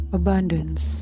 abundance